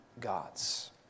God's